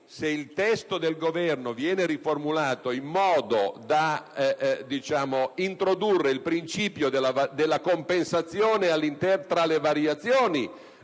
Se il testo del Governo viene riformulato in modo da introdurre il principio della compensazione tra le variazioni,